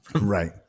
Right